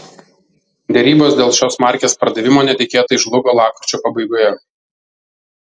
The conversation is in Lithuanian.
derybos dėl šios markės pardavimo netikėtai žlugo lapkričio pabaigoje